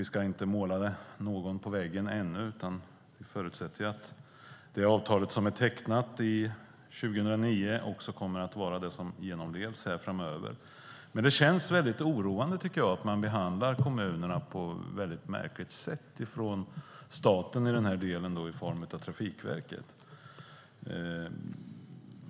Vi ska inte måla någon på väggen ännu, utan vi förutsätter att det avtal som är tecknat 2009 också kommer att vara det som efterlevs framöver. Men jag tycker att det känns väldigt oroande att man behandlar kommunerna på det här märkliga sättet från i det här fallet staten i form av Trafikverket.